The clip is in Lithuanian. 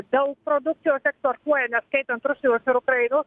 daug produkcijos eksportuoja neskaitant rusijos ir ukrainos